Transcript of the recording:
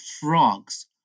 frogs